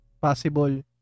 possible